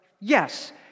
yes